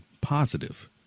positive